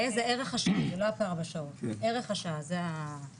זה לא הפער בשעות, זה ערך השעה, זה --- והעצמאי?